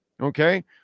Okay